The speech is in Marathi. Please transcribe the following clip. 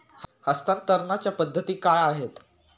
हस्तांतरणाच्या पद्धती काय आहेत?